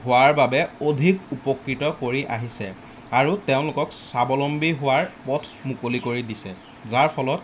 হোৱাৰ বাবে অধিক উপকৃত কৰি আহিছে আৰু তেওঁলোকক স্বাৱলম্বী হোৱাৰ পথ মুকলি কৰি দিছে যাৰ ফলত